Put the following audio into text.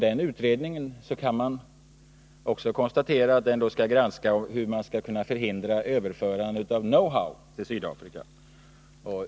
Denna utredning skall också granska hur man skall förhindra överförande av know how till Sydafrika.